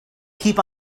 keep